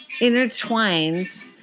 intertwined